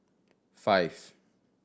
five